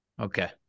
Okay